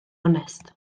onest